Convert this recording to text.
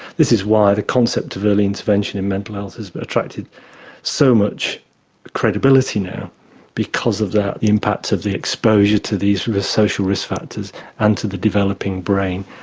this is why the concept of early intervention in mental health has attracted so much credibility now because of the impact of the exposure to these social risk factors and to the developing brain.